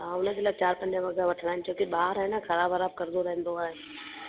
हा हुन जे लाइ चारि पंज वॻा वठिणा आहिनि छो की ॿार आहे न ख़राब वराब कंदो रहंदो आहे